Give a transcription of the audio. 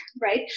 right